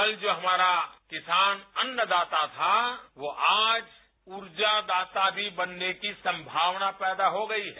कल जो हमारा किसान अन्नदाता था वो आज रूजादाता भी बनने की संभावना पैदा हो गई है